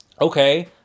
Okay